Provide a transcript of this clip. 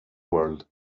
world